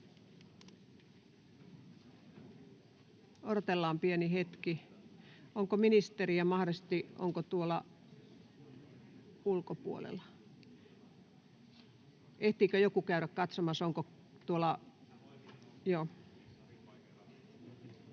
Odotellaan pieni hetki. Onko ministeri mahdollisesti tuolla ulkopuolella? Ehtiikö joku käydä katsomassa? [Eduskunnasta: